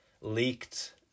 leaked